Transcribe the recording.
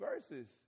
verses